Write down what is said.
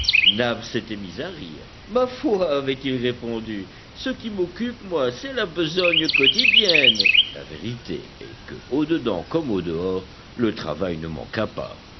nab s'était mis à rire ma foi avait-il répondu ce qui m'occupe moi c'est la besogne quotidienne la vérité est que au dedans comme au dehors le travail ne manqua pas